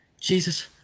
Jesus